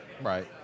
Right